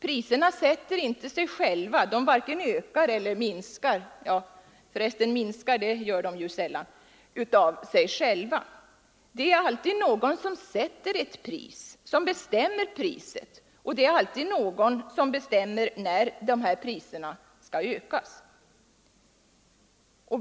Priserna sätter sig inte själva. De varken ökar eller minskar — minskar gör de för resten sällan — av sig själva. Det är alltid någon som sätter ett pris, bestämmer priset, och det är alltid någon som bestämmer när priserna skall ökas.